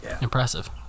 Impressive